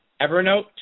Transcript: Evernote